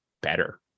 better